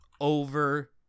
over